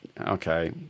Okay